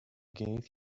gave